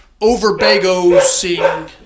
over-Bagosing